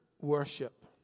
worship